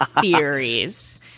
theories